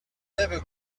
never